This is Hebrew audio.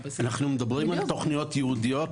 --- אנחנו מדברים על תוכניות ייעודיות,